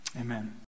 Amen